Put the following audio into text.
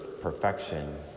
perfection